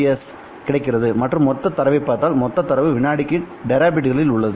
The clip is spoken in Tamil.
எஸ் கிடைக்கிறது மற்றும் மொத்த தரவைப் பார்த்தால்மொத்த தரவு வினாடிக்கு டெராபிட்களில் உள்ளது